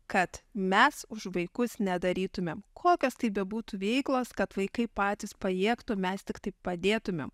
kad mes už vaikus nedarytumėm kokios tai bebūtų veiklos kad vaikai patys pajėgtų mes tiktai padėtumėm